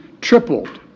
tripled